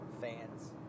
fans